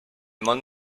món